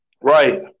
right